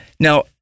Now